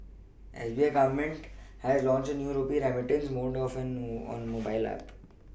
S B I Government has launched a new rupee remittance mode on mobile app